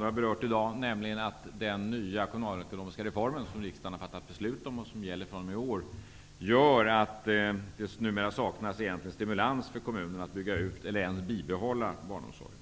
har berört i dag, nämligen att den kommunalekonomiska reform som riksdagen har fattat beslut om och som gäller fr.o.m. i år gör att det numera egentligen saknas stimulans för kommunerna att bygga ut eller ens bibehålla barnomsorgen.